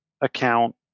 account